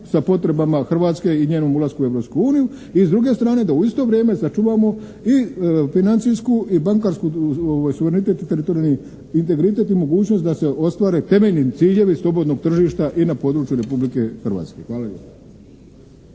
sa potrebama Hrvatske i njenim ulaskom u Europsku uniju i s druge strane da u isto vrijeme sačuvamo i financijsku i bankarsku suverenitet i teritorijalni integritet i mogućnost da se ostvare temeljni ciljevi slobodnog tržišta i na području Republike Hrvatske. Hvala